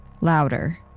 louder